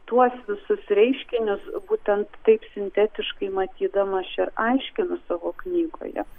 tuos visus reiškinius būtent taip sintetiškai matydama aš čia aiškinu savo knygoje